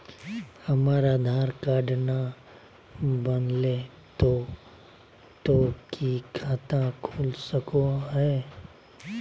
हमर आधार कार्ड न बनलै तो तो की खाता खुल सको है?